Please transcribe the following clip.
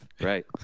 Right